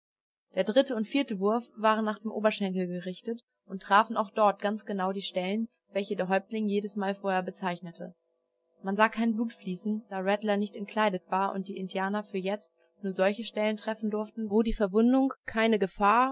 der dritte und vierte wurf waren nach dem oberschenkel gerichtet und trafen auch dort ganz genau die stellen welche der häuptling jedesmal vorher bezeichnete man sah kein blut fließen da rattler nicht entkleidet war und die indianer für jetzt nur solche stellen treffen durften wo die verwundung keine gefahr